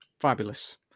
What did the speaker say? Fabulous